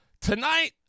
tonight